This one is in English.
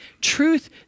truth